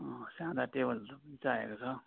अँ सादा टेबलहरू पनि चाहिएको छ